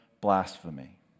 blasphemy